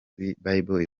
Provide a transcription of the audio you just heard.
bible